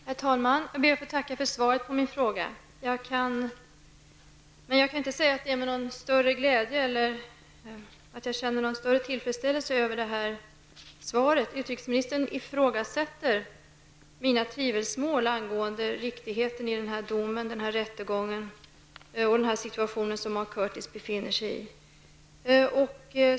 Herr talman! Jag ber att få tacka för svaret på min fråga. Men jag kan inte säga att jag känner någon större glädje eller tillfredsställelse över svaret. Utrikesministern ifrågasätter mina tvivel angående riktigheten när det gäller domen, rättegången och den situation som Mark Curtis befinner sig i.